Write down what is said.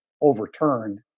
overturned